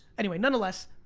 anyway, nonetheless,